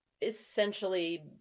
essentially